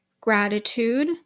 gratitude